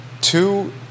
two